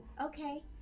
Okay